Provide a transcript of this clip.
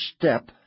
step